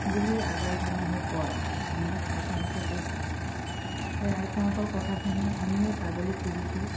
বুলি আগৰ মানুহে কয় আৰু আমাক আইতাহঁতে কৈছিলে এই আইতাৰহঁতৰ কথা শুনিয়েই আমিও ছাগলী পুহিছোঁ